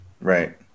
right